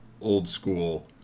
old-school